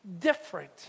different